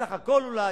בסך הכול אולי,